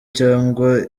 cyangwa